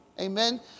Amen